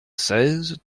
seize